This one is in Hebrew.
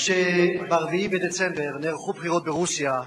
ב-4 בדצמבר נערכו בחירות ברוסיה,